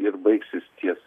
ir baigsis ties